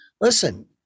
listen